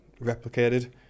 replicated